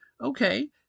okay